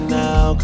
now